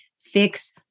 fix